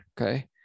Okay